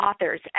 authors